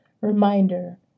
Reminder